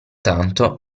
tanto